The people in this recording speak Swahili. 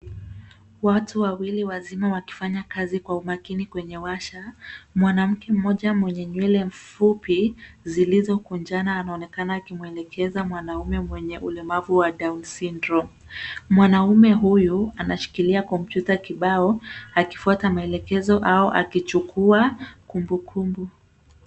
Watu Wawili wazima wakifanya kazi kwa makini kwenye washa. Mwanamke mmoja mwenye nywele fupi zilizo kunjana anaonekana akimwelekeza mwanamme mwenye ulemavu wa [cs ] down syndrome[cs ]. Mwanamme huyu anashikilia kompyuta kibao akifuata maelekezo au akichukua kumbukumbu.